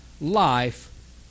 life